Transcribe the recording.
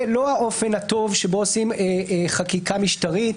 זה לא האופן הטוב שבו עושים חקיקה משטרית,